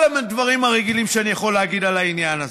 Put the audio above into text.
כל הדברים הרגילים שאני יכול להגיד על העניין הזה.